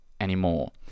anymore